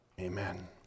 Amen